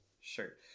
sure